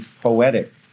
poetic